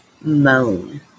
moan